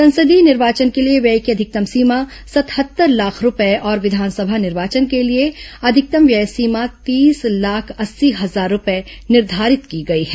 संसदीय निर्वाचन के लिए व्यय की अधिकतम सीमा सतहत्तर लाख रूपये और विधानसभा निर्वाचन के लिए अधिकतम व्यय सीमा तीस लाख अस्सी हजार रूपये निर्धारित की गई है